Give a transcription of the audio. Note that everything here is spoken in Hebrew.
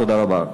תודה רבה.